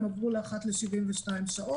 הם עברו לאחת ל-72 שעות,